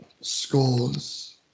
scores